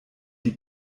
die